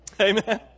Amen